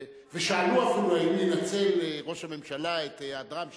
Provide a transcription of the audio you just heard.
ושאלו אפילו האם ינצל ראש הממשלה את היעדרם של,